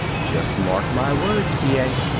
just mark my words, t. a.